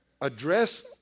address